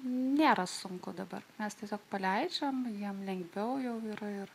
nėra sunku dabar mes tiesiog paleidžiame jam lengviau jau yra ir